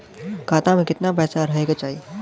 खाता में कितना पैसा रहे के चाही?